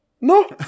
no